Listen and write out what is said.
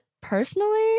Personally